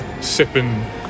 sipping